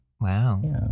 Wow